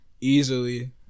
easily